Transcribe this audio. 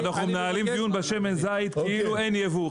ואנחנו מנהלים דיון בשמן זכית כאילו אין ייבוא,